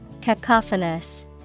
cacophonous